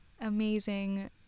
amazing